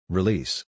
Release